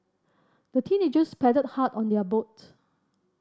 the teenagers paddled hard on their boat